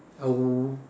I will